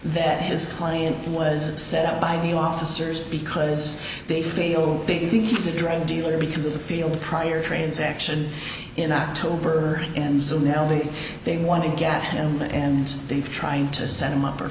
that his client was set up by the officers because they feel big he's a drug dealer because of the field prior transaction in october and so now they say they want to get him and they've trying to set him up or